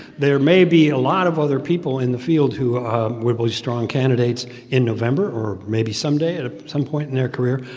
there may be a lot of other people in the field who would be really strong candidates in november or maybe someday at some point in their career.